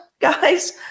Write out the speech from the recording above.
guys